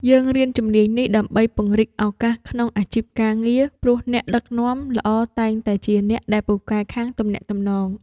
យើងរៀនជំនាញនេះដើម្បីពង្រីកឱកាសក្នុងអាជីពការងារ ព្រោះអ្នកដឹកនាំល្អតែងតែជាអ្នកដែលពូកែខាងទំនាក់ទំនង។